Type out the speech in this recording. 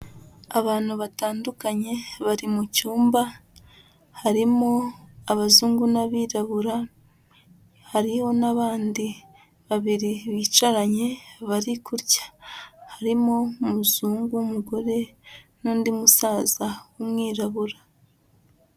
Abantu batandukanye bari mu cyumba, harimo abazungu n'abirabura, hariho n'abandi babiri bicaranye, bari kurya, harimo umuzungu w'umugore n'undi musaza w'umwirabura.